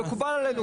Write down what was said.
מקובל עלינו.